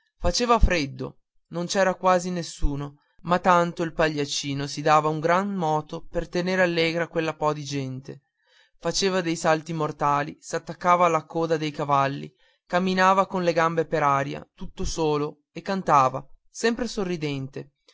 faceva freddo non c'era quasi nessuno ma tanto il pagliaccino si dava un gran moto per tener allegra quella po di gente faceva dei salti mortali s'attaccava alla coda dei cavalli camminava con le gambe per aria tutto solo e cantava sempre sorridente